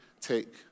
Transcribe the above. take